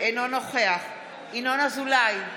אינו נוכח ינון אזולאי,